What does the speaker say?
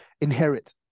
inherit